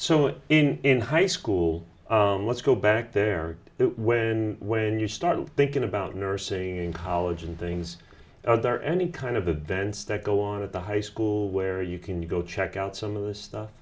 so in high school let's go back there where when you start thinking about nursing in college and things are there any kind of the dance that go on at the high school where you can go check out some of this stuff